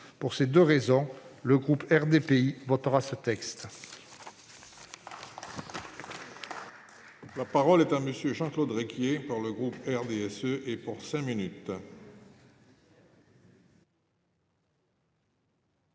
Pour ces deux raisons, le groupe RDPI votera ce texte.